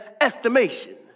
estimation